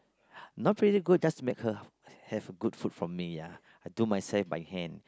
not really good just to make her have a good food from me ya I do myself by hand